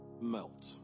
melt